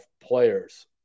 players